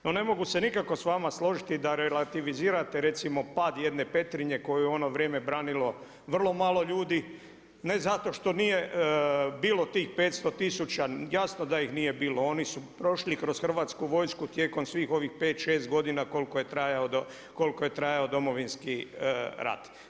No, ne mogu se nikako s vama složiti da relativizirate recimo pad jedne Petrinje koju je u ono vrijeme branilo vrlo malo ljudi ne zato što nije bilo tih 500 tisuća, jasno da ih nije bilo, oni su prošli kroz Hrvatsku vojsku tijekom svih ovih 5, 6 godina koliko je trajao Domovinski rat.